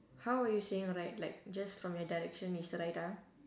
how were you seeing right like just from your direction it's right ah